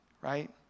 right